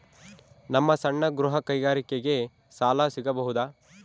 ನಮ್ಮ ಸಣ್ಣ ಗೃಹ ಕೈಗಾರಿಕೆಗೆ ಸಾಲ ಸಿಗಬಹುದಾ?